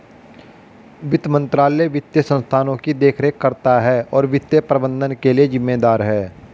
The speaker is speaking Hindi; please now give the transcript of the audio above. वित्त मंत्रालय वित्तीय संस्थानों की देखरेख करता है और वित्तीय प्रबंधन के लिए जिम्मेदार है